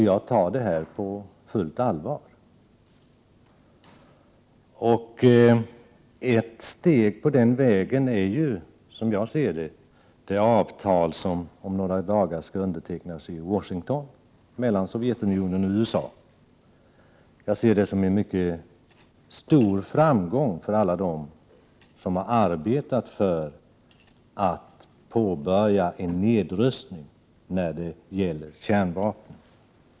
Jag tar detta på fullt allvar. Ett steg på den vägen är, som jag ser saken, det avtal som om några dagar skall undertecknas i Washington mellan Sovjetunionen och USA. Jag ser det som en mycket stor framgång för alla dem som har arbetat för att påbörja en nedrustning av kärnvapen.